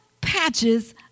patches